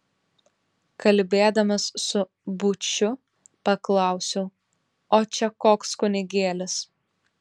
kalbėdamas su būčiu paklausiau o čia koks kunigėlis